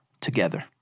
together